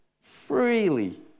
Freely